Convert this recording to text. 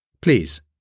Please